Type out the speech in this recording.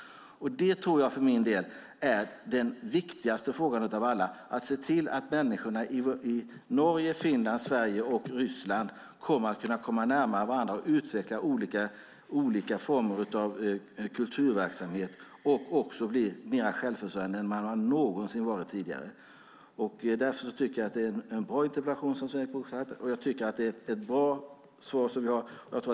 Det tror jag för min del är den viktigaste frågan av alla: att se till att människorna i Norge, Finland, Sverige och Ryssland kommer närmare varandra, utvecklar olika former av kulturverksamhet och även blir mer självförsörjande än de någonsin har varit tidigare. Därför tycker jag att det är en bra interpellation som Sven-Erik Bucht ställt och ett bra svar från utrikesministern.